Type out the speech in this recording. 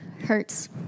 hurts